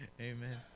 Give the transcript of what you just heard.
Amen